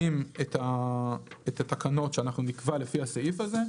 את התקנות שאנחנו נקבע לפי הסעיף הזה,